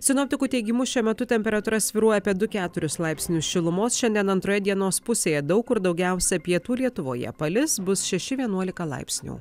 sinoptikų teigimu šiuo metu temperatūra svyruoja apie du keturis laipsnius šilumos šiandien antroje dienos pusėje daug kur daugiausia pietų lietuvoje palis bus šeši vienuolika laipsnių